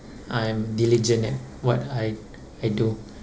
I'm diligent at what I I do